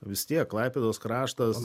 vis tiek klaipėdos kraštas